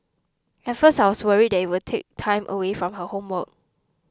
at first I was worried that it would take time away from her homework